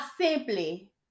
simply